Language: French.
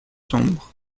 sombres